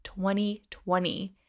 2020